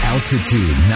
Altitude